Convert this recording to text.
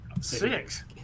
six